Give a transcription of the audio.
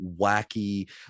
wacky